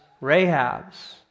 Rahab's